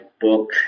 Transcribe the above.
book